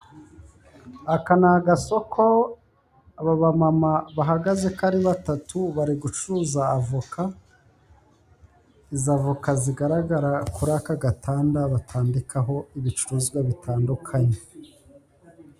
Aka ni agasoko aba bamama bahagaze uko ari batatu bari gucuruza avoka, izo avoka zigaragara kuri aka gatanda batandikaho ibicuruzwa bitandukanye.